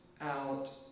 out